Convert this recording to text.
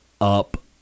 up